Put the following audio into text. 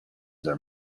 their